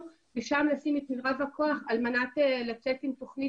ושם לשים את מרב הכוח על מנת לצאת עם תוכנית,